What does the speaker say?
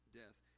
death